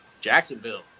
Jacksonville